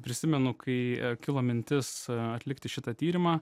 prisimenu kai kilo mintis atlikti šitą tyrimą